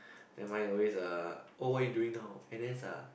then mine always uh oh what are you doing now N_S ah